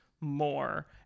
more